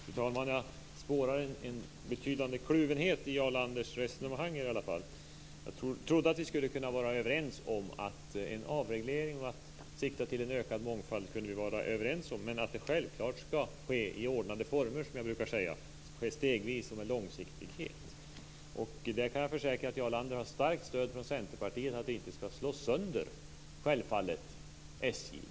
Fru talman! Jag spårar en betydande kluvenhet i Jarl Landers resonemang i alla fall. Jag trodde att vi skulle kunna vara överens om en avreglering och om att sikta mot en ökad mångfald, men att det självklart ska ske i ordnade former, som jag brukar säga, stegvis och med långsiktighet. Jag kan försäkra att Jarl Lander har starkt stöd från Centerpartiet för att vi självfallet inte ska slå sönder SJ.